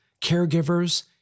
caregivers